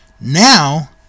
Now